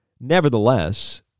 nevertheless